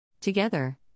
Together